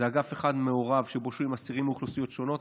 זה אגף אחד מעורב שבו שוהים אסירים מאוכלוסיות שונות,